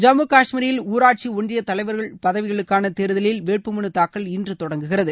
ஜம்மு காஷ்மீரில் ஊராட்சி ஒன்றிய தலைவர்கள் பதவிகளுக்கான தேர்தல் வேட்புமனு தாக்கல் இன்று தொடங்குகிறது